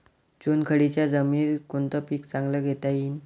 चुनखडीच्या जमीनीत कोनतं पीक चांगलं घेता येईन?